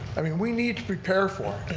i mean we need to prepare for